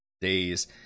days